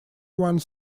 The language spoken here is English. one